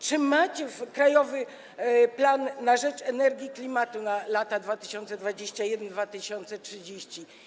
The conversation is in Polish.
Czy macie „Krajowy plan na rzecz energii i klimatu na lata 2021-2030”